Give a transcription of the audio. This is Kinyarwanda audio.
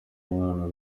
umwami